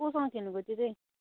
कोसँग खेल्नु गयो त्यो चाहिँ